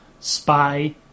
spy